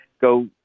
go